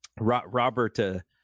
Robert